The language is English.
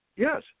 Yes